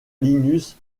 linus